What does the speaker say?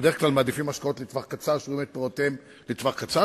פוליטיקאים מעדיפים השקעות לטווח קצר שיראו את פירותיהן בטווח הקצר.